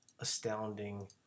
astounding